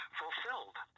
fulfilled